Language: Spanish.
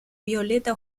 violeta